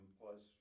plus